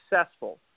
successful